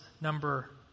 number